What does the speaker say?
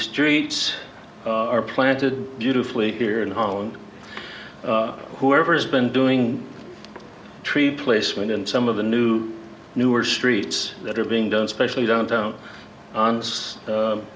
streets are planted beautifully here in holland whoever's been doing tree placement in some of the new newer streets that are being done specially downtown